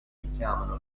richiamano